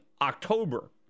October